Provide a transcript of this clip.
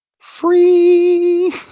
free